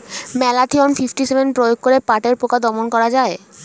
Malathion fifty seven প্রয়োগ করে পাটের পোকা দমন করা যায়?